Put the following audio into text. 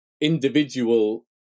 individual